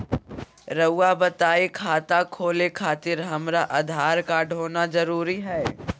रउआ बताई खाता खोले खातिर हमरा आधार कार्ड होना जरूरी है?